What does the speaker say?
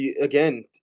again